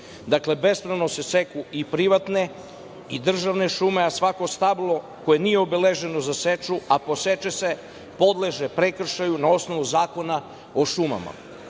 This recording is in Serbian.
Dakle, bespravno se seku i privatne i državne šume, a svako stablo koje nije obeleženo za seču, a poseče se, podleže prekršaju na osnovu Zakona o